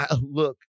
look